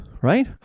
right